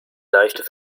leichte